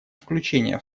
включения